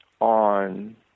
on